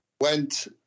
Went